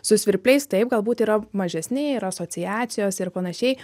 su svirpliais taip galbūt yra mažesni ir asociacijos ir panašiai